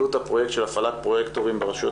עלות הפרויקט של הפעלת פרוייקטורים ברשויות